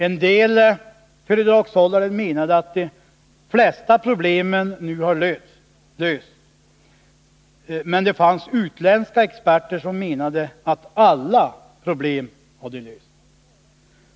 En del föredragshållare ansåg att de flesta problemen nu har lösts, men det fanns utländska experter som menade att alla problem hade lösts.